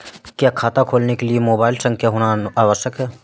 क्या खाता खोलने के लिए मोबाइल संख्या होना आवश्यक है?